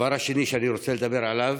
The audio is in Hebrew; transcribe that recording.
הדבר השני שאני רוצה לדבר עליו,